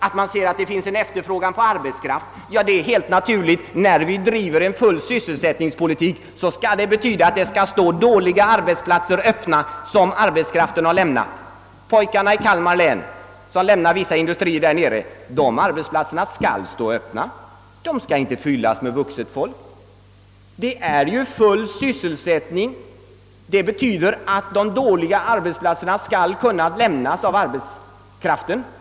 Att man kan konstatera en efterfrågan på arbetskraft är helt naturligt. Vår fullsysselsättningspolitik skall betyda att dåliga arbetsplatser som lämnats av de anställda, skall förbli obesatta. De arbetsplatser i Kalmar län, från vilka ungdomen nu har sökt sig bort, skall inte fyllas med vuxet importerat folk. Vi har full sysselsättning. Detta betyder att arbetskraften skall kunna lämna de dåliga arbetsplatserna obesatta.